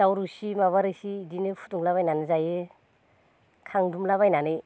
दाउ रोसि माबा रोसि इदिनो फुदुंला बायनानै जायो खांदुमला बायनानै